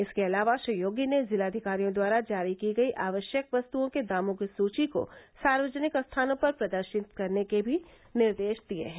इसके अलावा श्री योगी ने जिलाधिकारियों द्वारा जारी की गयी आवश्ययक वस्तुओं के दामों की सुची को सार्वजनिक स्थानों पर प्रदर्शित करने के भी निर्देश दिये हैं